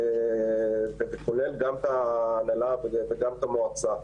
כולל גם את ההנהלה וגם את המועצה.